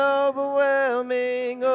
overwhelming